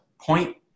point